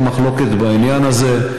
אין מחלוקת בעניין הזה.